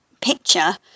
picture